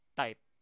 type